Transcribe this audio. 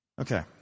Okay